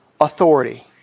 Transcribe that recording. authority